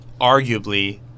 arguably